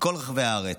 מכל רחבי הארץ,